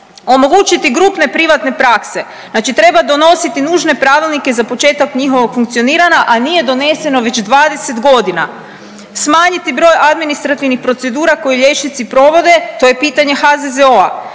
Omogućiti grupne privatne prakse, znači treba donositi nužne pravilnike za početak njihovog funkcioniranja, a nije doneseno već 20.g., smanjiti broj administrativnih procedura koje liječnici provode, to je pitanje HZZO-a,